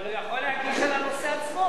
אבל הוא יכול להגיש על הנושא עצמו,